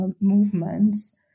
movements